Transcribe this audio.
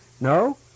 No